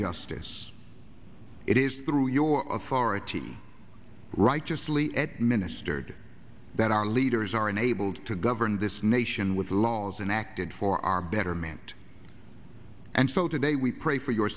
justice it is through your authority righteously ministered that our leaders are enabled to govern this nation with laws and acted for our betterment and so today we pray for your